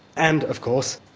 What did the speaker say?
and of course,